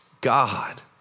God